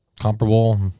comparable